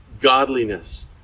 godliness